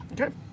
Okay